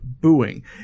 booing